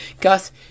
Gus